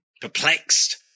perplexed